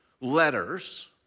letters